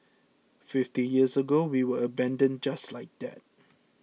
fifty years ago we were abandoned just like that